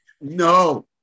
No